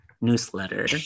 newsletter